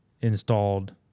installed